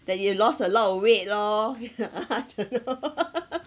that you lost a lot of weight lor I don't know